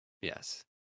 yes